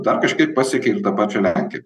dar kažkaip pasiekia ir tą pačią lenkiją